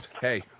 Hey